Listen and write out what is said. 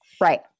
Right